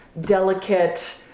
delicate